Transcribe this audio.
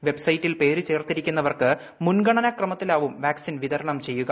വെബ്സൈറ്റിൽ പേര് ചേർത്തിരിക്കുന്നവർക്ക് മുൻഗണന ക്രമത്തിലാവും വാക്സിൻ വിതരണം ചെയ്യുക